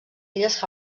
illes